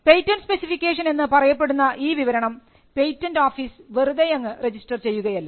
patent specification എന്ന് പറയപ്പെടുന്ന ഈ വിവരണം പേറ്റന്റ് ഓഫീസ് വെറുതെയങ്ങ് രജിസ്റ്റർ ചെയ്യുകയല്ല